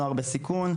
נוער בסיכון,